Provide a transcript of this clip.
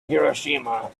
hiroshima